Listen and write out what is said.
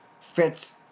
fits